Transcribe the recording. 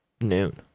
noon